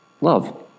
love